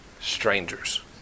strangers